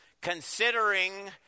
Considering